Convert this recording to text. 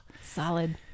Solid